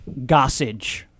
Gossage